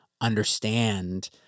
understand